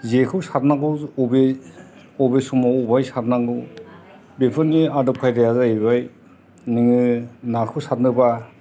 जेखौ सारनांगौ बबे बबे समाव बबेहाय सारनांगौ बेफोरनि आदब खायदाया जाहैबाय नोङो नाखौ सारनोबा